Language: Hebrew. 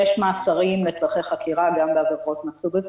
יש מעצרים לצורכי חקירה גם בעבירות מהסוג הזה